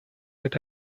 that